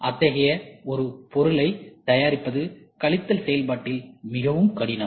அத்தகைய ஒரு பொருளை தயாரிப்பது கழித்தல் செயல்பாட்டில் மிகவும் கடினம்